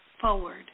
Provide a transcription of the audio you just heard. forward